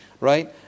right